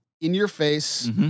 in-your-face